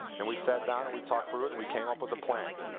and we sat down and we talked through it and we came up with a plan.